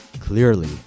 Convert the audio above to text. clearly